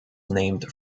named